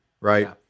right